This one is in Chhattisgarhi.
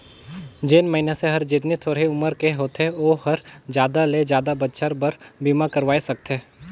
जेन मइनसे हर जेतनी थोरहें उमर के होथे ओ हर जादा ले जादा बच्छर बर बीमा करवाये सकथें